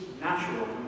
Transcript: natural